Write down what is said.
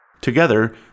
Together